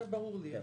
זה ברור לי.